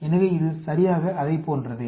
எனவே இது சரியாக அதைப்போன்றதே